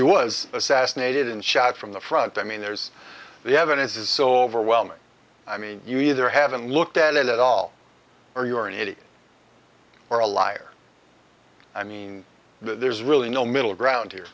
he was assassinated and shot from the front i mean there's the evidence is so overwhelming i mean you either haven't looked at it at all or you're an idiot or a liar i mean there's really no middle ground here